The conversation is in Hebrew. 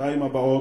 בשנתיים הבאות,